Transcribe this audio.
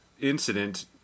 incident